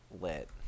Lit